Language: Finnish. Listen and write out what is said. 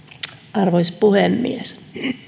arvoisa puhemies